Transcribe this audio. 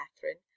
Catherine